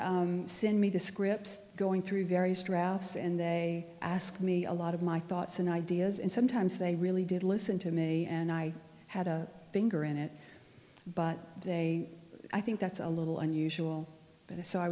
send me the scripts going through various straus and they ask me a lot of my thoughts and ideas and sometimes they really did listen to me and i had a finger in it but they i think that's a little unusual that a so i